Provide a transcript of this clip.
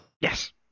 Yes